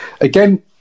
again